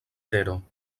tero